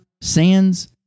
Sands